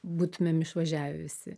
būtumėm išvažiavę visi